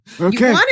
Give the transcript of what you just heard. Okay